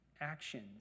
actions